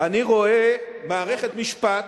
אני רואה מערכת משפט,